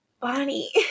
bonnie